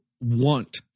want